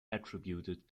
attributed